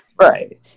Right